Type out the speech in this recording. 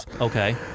Okay